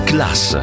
Class